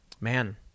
man